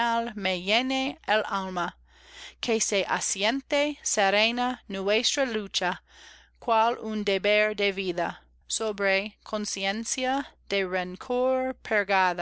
me llene el alma que se asiente serena nuestra lucha cual un deber de vida sobre conciencia